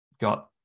got